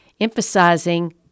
emphasizing